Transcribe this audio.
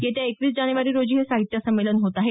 येत्या एकवीस जानेवारी रोजी हे साहित्य संमेलन होत आहे